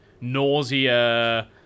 nausea